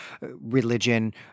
religion